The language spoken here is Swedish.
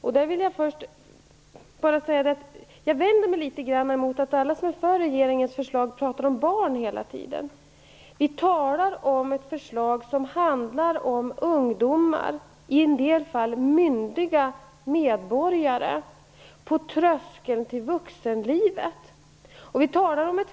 Först vill jag vända mig emot att alla som är för regeringens förslag hela tiden talar om barn. Vi talar om ett förslag som handlar om ungdomar, i en del fall myndiga medborgare, på tröskeln till vuxenlivet.